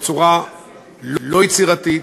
בצורה לא יצירתית,